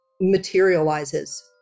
materializes